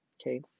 Okay